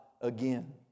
again